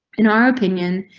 in our opinion,